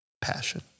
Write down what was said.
passion